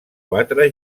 quatre